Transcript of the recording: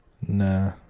Nah